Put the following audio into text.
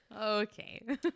Okay